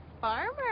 farmer